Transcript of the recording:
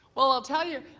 well, i'll tell you,